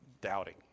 doubting